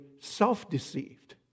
self-deceived